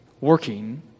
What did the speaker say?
working